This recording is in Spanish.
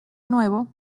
nuevo